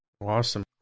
Awesome